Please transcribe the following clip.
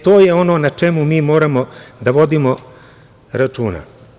To je ono na čemu mi moramo da vodimo računa.